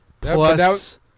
Plus